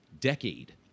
decade